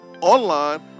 online